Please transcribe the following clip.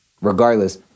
regardless